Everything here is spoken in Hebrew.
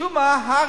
משום מה הר"י